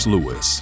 Lewis